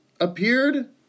appeared